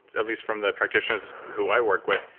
at least from the practitioners who i work with,